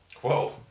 Whoa